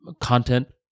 content